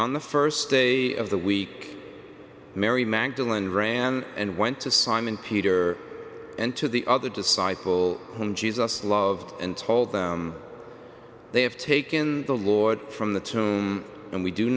on the st day of the week mary magdalen ran and went to simon peter and to the other disciple him jesus love and told that they have taken the lord from the tomb and we do